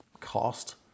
cost